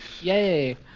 Yay